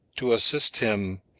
to assist him,